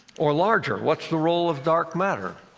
or larger, what's the role of dark matter